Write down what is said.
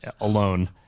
alone